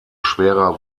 schwerer